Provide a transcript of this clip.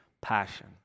passion